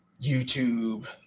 YouTube